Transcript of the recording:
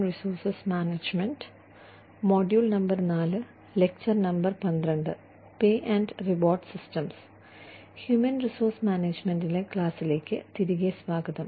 human resource management ക്ലാസിലേക്ക് തിരികെ സ്വാഗതം